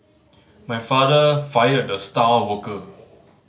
my father fired the star worker